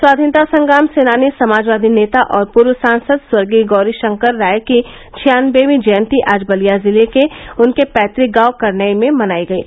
स्वाधीनता संग्राम सेनानी समाजवादी नेता और पूर्व सांसद स्वर्गीय गौरीषंकर राय की छियानबेवीं जयंती आज बलिया जिले के उनके पैतुक गांव करनई में मनायी गयी